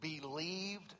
believed